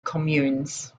communes